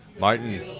Martin